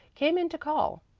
came in to call.